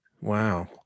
Wow